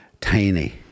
tiny